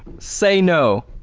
say no.